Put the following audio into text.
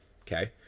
Okay